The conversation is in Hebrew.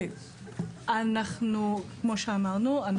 כמו שאמרנו,